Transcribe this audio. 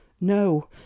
No